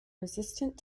resistant